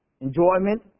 enjoyment